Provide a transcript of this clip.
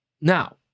now